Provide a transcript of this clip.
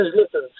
listen